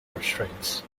restraints